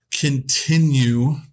continue